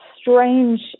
strange